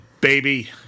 baby